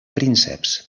prínceps